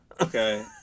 Okay